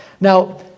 Now